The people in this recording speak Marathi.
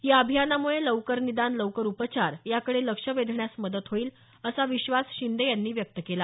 या अभियानामुळे लवकर निदान लवकर उपचार याकडे लक्ष वेधण्यास मदत होईल असा विश्वास शिंदे यांनी व्यक्त केला